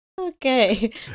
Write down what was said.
Okay